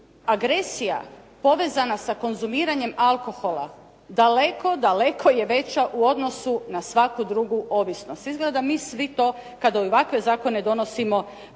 Agresija povezana sa konzumiranjem alkohola daleko je veća u odnosu na svaku drugu ovisnost. Izgleda da mi svi to kad ovakve zakone donosimo zaboravimo.